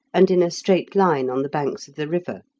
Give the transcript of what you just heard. and in a straight line on the banks of the river.